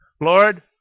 Lord